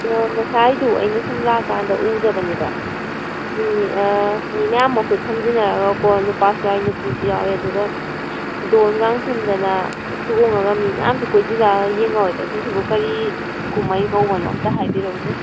ꯉꯁꯥꯏꯗꯨ ꯑꯩꯅ ꯁꯨꯝ ꯂꯥꯛꯀꯥꯟꯗ ꯎꯗꯕꯅꯦꯕ ꯃꯤ ꯃꯤ ꯃꯌꯥꯝ ꯃꯈꯨꯠ ꯁꯝꯖꯤꯟꯅꯔꯒꯀꯣ ꯅꯨꯄꯥꯁꯨ ꯌꯥꯎꯏ ꯅꯨꯄꯤꯁꯨ ꯌꯥꯎꯏ ꯑꯗꯨꯒ ꯗꯣꯟꯒꯥ ꯊꯤꯟꯗꯅ ꯆꯣꯡꯉꯒ ꯃꯤ ꯃꯌꯥꯝꯁꯨ ꯀꯣꯏꯁꯤꯜꯂꯒ ꯌꯦꯡꯍꯧꯑꯦꯕ ꯁꯤꯁꯤꯕꯨ ꯀꯔꯤ ꯀꯨꯝꯍꯩ ꯀꯧꯕꯅꯣ ꯑꯝꯇ ꯍꯥꯏꯕꯤꯔꯛꯎꯅꯦ